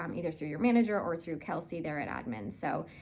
um either through your manager or through kelsey there at admin, so.